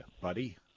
buddy